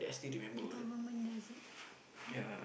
the government knows it like